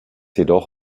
jedoch